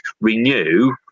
renew